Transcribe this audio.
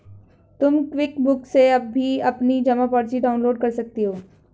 तुम क्विकबुक से भी अपनी जमा पर्ची डाउनलोड कर सकती हो